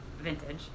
Vintage